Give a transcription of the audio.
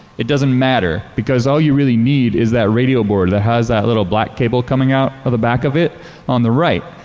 it doesn't matter because all you really need is that radio board that has that little black cable coming out of the back of it on the right.